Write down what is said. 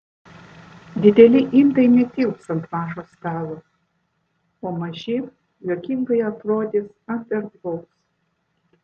dideli indai netilps ant mažo stalo o maži juokingai atrodys ant erdvaus